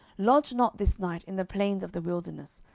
lodge not this night in the plains of the wilderness,